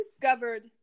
discovered